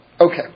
Okay